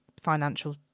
financial